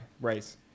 race